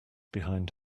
behind